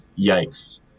yikes